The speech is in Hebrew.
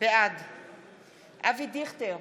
בעד אבי דיכטר,